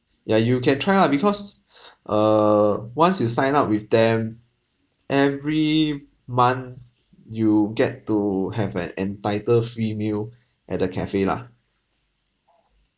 ya you can try lah because err once you sign up with them every month you get to have an entitled free meal at their cafe lah